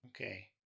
Okay